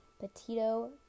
Petito